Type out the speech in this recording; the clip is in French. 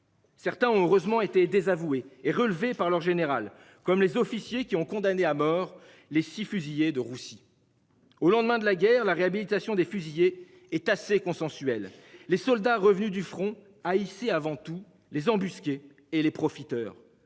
Certains ont heureusement été désavoué et relevé par leur général comme les officiers qui ont condamné à mort les 6 fusillés de Russie. Au lendemain de la guerre, la réhabilitation des fusillés est assez consensuelle. Les soldats revenus du front AIC avant tout les embusqués et les profiteurs